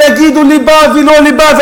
ויגידו לי: ליבה, לא ליבה.